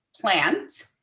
plant